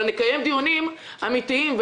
ונקיים דיונים אמתיים,